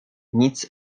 nic